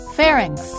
Pharynx